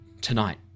Tonight